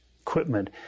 equipment